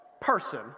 person